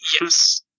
Yes